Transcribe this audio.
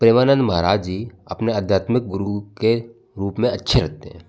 परमानंद महाराज जी अपने अध्यात्मिक गुरु के रूप में अच्छे लगते हैं